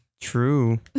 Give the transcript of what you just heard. True